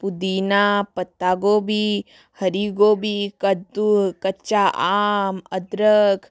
पुदीना पत्तागोबी हरी गोबी कद्दू कच्चा आम अदरक